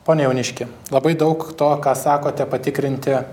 pone jauniški labai daug to ką sakote patikrinti